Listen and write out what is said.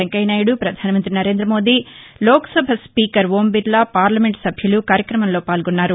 వెంకయ్య నాయుడు ప్రధాన మంత్రి Narendra Modi Lok Sabha speaker Om Birla parliament సభ్యులు కార్యక్రమంలో పాల్గొన్నారు